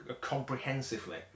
comprehensively